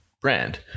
brand